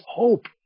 hope